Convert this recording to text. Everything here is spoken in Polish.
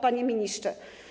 Panie Ministrze!